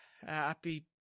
Happy